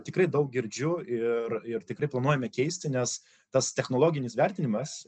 tikrai daug girdžiu ir ir tikrai planuojame keisti nes tas technologinis vertinimas